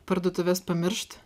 parduotuves pamiršt